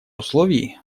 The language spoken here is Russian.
условий